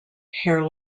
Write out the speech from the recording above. hair